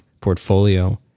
portfolio